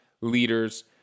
leaders